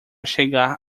chegar